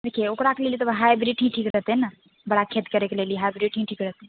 देखिए ओकरा लिए लेबै तब हाइब्रिड ही ठीक रहतै ने बड़ा खेत करैके लेल हाइब्रिड ही ठीक रहतै